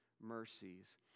mercies